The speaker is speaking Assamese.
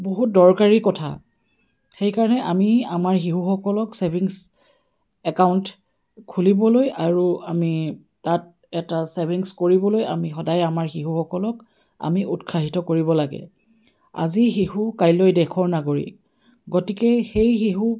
বহুত দৰকাৰী কথা সেইকাৰণে আমি আমাৰ শিশুসকলক ছেভিংছ একাউণ্ট খুলিবলৈ আৰু আমি তাত এটা ছেভিংছ কৰিবলৈ আমি সদায় আমাৰ শিশুসকলক আমি উৎসাহিত কৰিব লাগে আজি শিশু কাইলৈ দেশৰ নাগৰিক গতিকে সেই শিশু